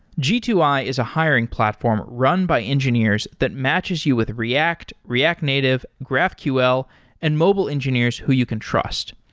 g two i is a hiring platform run by engineers that matches you with react, react native, graphql and mobile engineers who you can trust.